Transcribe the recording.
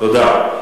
תודה.